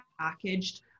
packaged